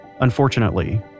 Unfortunately